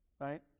right